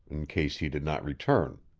in case he did not return.